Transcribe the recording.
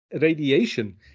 radiation